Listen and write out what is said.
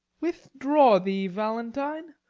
withdraw thee, valentine.